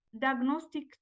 diagnostic